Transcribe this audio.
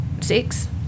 six